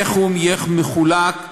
איך הוא יהיה מחולק,